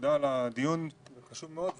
תודה על הדיון החשוב מאוד.